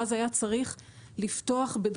ואז היה צריך לפתוח חשבונות עסקיים